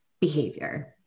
behavior